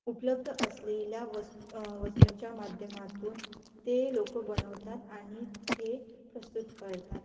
उपलब्ध असलेल्या वस् वस्तूंच्या माध्यमातून ते लोकं बनवतात आणि ते प्रस्तुत करतात